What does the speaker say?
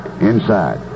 inside